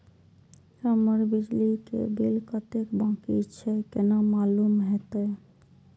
हमर बिजली के बिल कतेक बाकी छे केना मालूम होते?